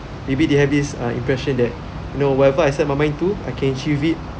maybe they have uh this impression that you know whatever I set my mind to I can achieve it